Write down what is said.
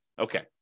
Okay